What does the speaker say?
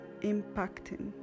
impacting